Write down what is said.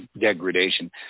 degradation